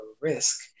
risk